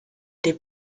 les